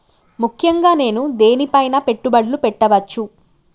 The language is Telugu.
ముఖ్యంగా నేను దేని పైనా పెట్టుబడులు పెట్టవచ్చు?